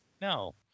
No